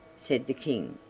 said the king,